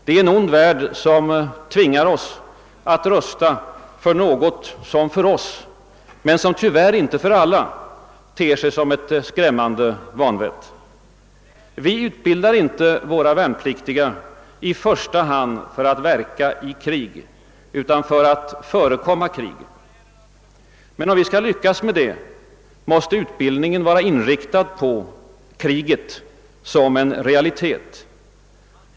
Det är en ond värld som tvingar oss att rusta för något som för oss, men tyvärr inte för alla, ter sig som ett skrämmande vanvett. Vi utbildar inte våra värnpliktiga i första hand för att verka i krig utan för att förekomma krig. Men om vi skall lyckas med det, måste vi inrikta utbildningen på kriget som en realitet.